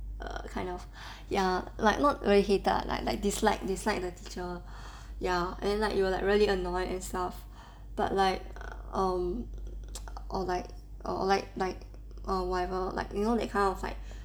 err kind of ya like not really hated lah like like dislike dislike the teacher ya and like you're like really annoyed and stuff but like um or like or like like or whatever like you know that kind of like